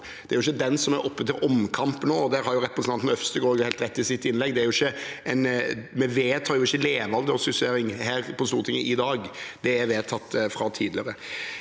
Det er ikke den som er oppe til omkamp nå. Der har representanten Øvstegård helt rett i sitt innlegg: Vi vedtar ikke levealdersjustering på Stortinget i dag. Det er vedtatt fra tidligere.